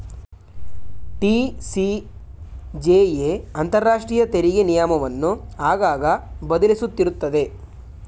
TCJA ಅಂತರಾಷ್ಟ್ರೀಯ ತೆರಿಗೆ ನಿಯಮವನ್ನು ಆಗಾಗ ಬದಲಿಸುತ್ತಿರುತ್ತದೆ